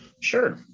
sure